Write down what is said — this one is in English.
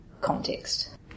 context